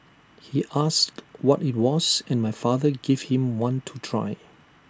he asked what IT was and my father gave him one to try